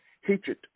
hatred